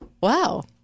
Wow